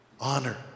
Honor